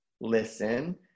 listen